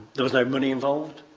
there's no money involved.